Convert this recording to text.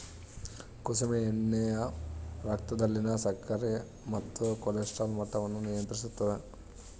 ಕುಸುಮೆ ಎಣ್ಣೆಯು ರಕ್ತದಲ್ಲಿನ ಸಕ್ಕರೆ ಮತ್ತು ಕೊಲೆಸ್ಟ್ರಾಲ್ ಮಟ್ಟವನ್ನು ನಿಯಂತ್ರಿಸುತ್ತದ